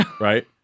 Right